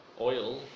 oil